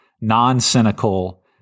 non-cynical